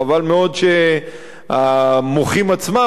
חבל מאוד שהמוחים עצמם,